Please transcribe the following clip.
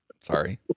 Sorry